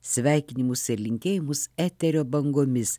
sveikinimus ir linkėjimus eterio bangomis